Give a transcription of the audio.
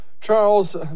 Charles